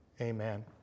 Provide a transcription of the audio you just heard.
amen